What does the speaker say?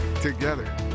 together